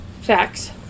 Facts